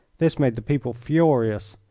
this made the people furious,